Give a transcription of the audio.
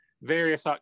Various